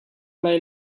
lai